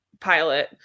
pilot